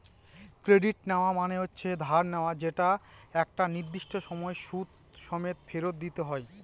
credit নেওয়া মানে হচ্ছে ধার নেওয়া যেটা একটা নির্দিষ্ট সময় সুদ সমেত ফেরত দিতে হয়